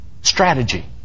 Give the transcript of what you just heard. strategy